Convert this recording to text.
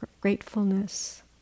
gratefulness